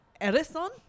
Erison